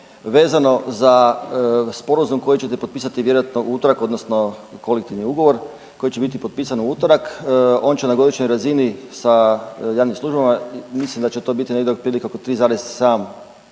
vezano za sporazum koji ćete potpisati vjerojatno u utorak odnosno kolektivni ugovor koji će biti potpisan u utorak. On će na godišnjoj razini sa javnim službama mislim da će to biti negdje otprilike oko 3,7